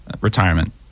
retirement